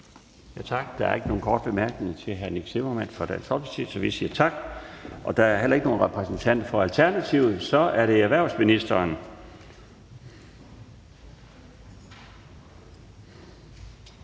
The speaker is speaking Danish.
Tak. Der er ikke nogen korte bemærkninger til hr. Nick Zimmermann fra Dansk Folkeparti, så vi siger tak. Der er heller ikke nogen repræsentant fra Alternativet. Så er det erhvervsministeren.